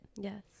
yes